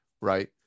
right